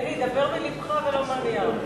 בני, דבר מלבך ולא מהנייר.